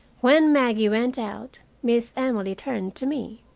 when maggie went out, miss emily turned to me.